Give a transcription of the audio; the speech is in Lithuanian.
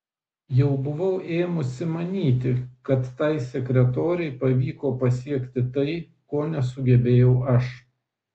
jau buvau ėmusi manyti kad tai sekretorei pavyko pasiekti tai ko nesugebėjau aš